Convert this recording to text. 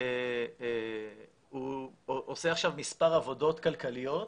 הוא עושה עכשיו מספר עבודות כלכליות,